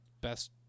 best